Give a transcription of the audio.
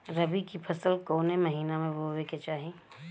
रबी की फसल कौने महिना में बोवे के चाही?